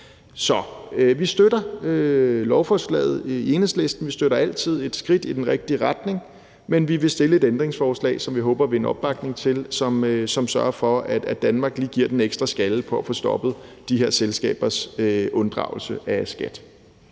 Så vi støtter lovforslaget i Enhedslisten. Vi støtter altid et skridt i den rigtige retning, men vi vil stille et ændringsforslag, som vi håber at vinde opbakning til, og som sørger for, at Danmark lige giver den en ekstra skalle for at få stoppet de her selskabers unddragelse af skat.